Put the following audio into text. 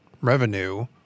revenue